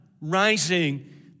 rising